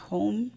Home